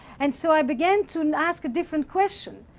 and so i began to ask a different question.